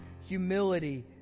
humility